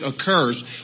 occurs